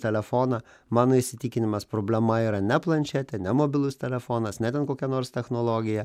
telefoną mano įsitikinimas problema yra ne planšetė ne mobilus telefonas ne ten kokia nors technologija